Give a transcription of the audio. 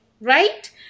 right